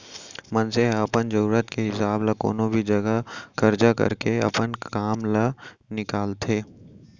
मनसे ह अपन जरूरत के हिसाब ल कोनो भी जघा करजा करके अपन काम ल निकालथे